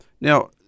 Now